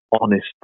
honest